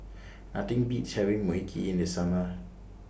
Nothing Beats having Mui Kee in The Summer